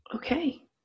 Okay